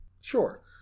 sure